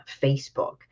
Facebook